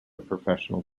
professional